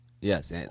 Yes